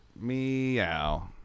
Meow